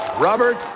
Robert